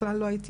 בכלל לא הייתי